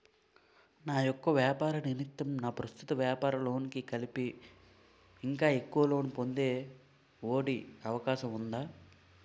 నా యెక్క వ్యాపార నిమిత్తం నా ప్రస్తుత వ్యాపార లోన్ కి కలిపి ఇంకా ఎక్కువ లోన్ పొందే ఒ.డి అవకాశం ఉందా?